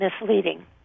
misleading